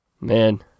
Man